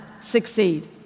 succeed